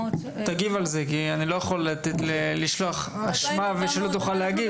תגיב על זה כי אני לא יכול לתת שתישמע אשמה ולא תוכל להגיב.